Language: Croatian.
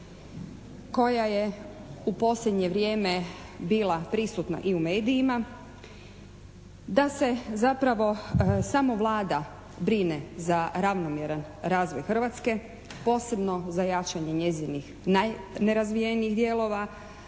koja je u posljednje vrijeme bila prisutna i u medijima da se zapravo samo Vlada brine za ravnomjeran razvoj Hrvatske, posebno za jačanje njezinih najnerazvijenijih dijelova,